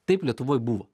taip lietuvoj buvo